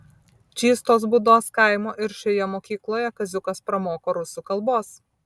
čystos būdos kaimo ir šioje mokykloje kaziukas pramoko rusų kalbos